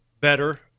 better